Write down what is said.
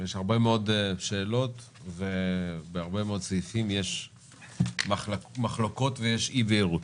ויש הרבה מאוד שאלות ובהרבה מאוד סעיפים יש מחלוקות ואי בהירות.